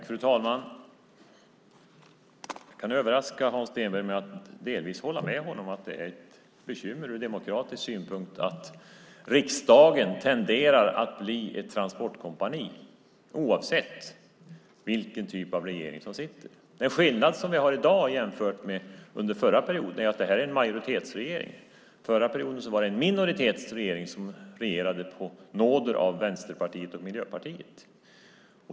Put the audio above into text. Fru talman! Jag kan överraska Hans Stenberg med att delvis hålla med honom om att det är ett bekymmer från demokratisk synpunkt att riksdagen tenderar att bli ett transportkompani, oavsett vilken typ av regering som sitter. En skillnad som vi har i dag jämfört med förra perioden är att det här är en majoritetsregering. Förra perioden var det en minoritetsregering som regerade på nåder av Vänsterpartiet och Miljöpartiet.